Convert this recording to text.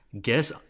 guess